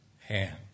hand